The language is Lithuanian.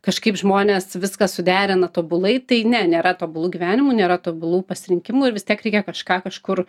kažkaip žmonės viską suderina tobulai tai ne nėra tobulų gyvenimų nėra tobulų pasirinkimų ir vis tiek reikia kažką kažkur